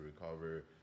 recover